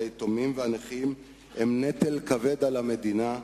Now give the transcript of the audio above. היתומים והנכים הם נטל כבד על המדינה?